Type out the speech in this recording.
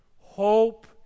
hope